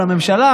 על הממשלה,